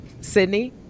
Sydney